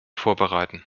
vorbereiten